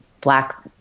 black